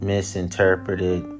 Misinterpreted